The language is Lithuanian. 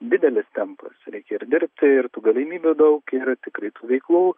didelis tempas ir dirbti ir tų galimybių daug ir tikrai tų veiklų